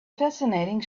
fascinating